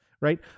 right